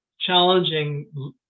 challenging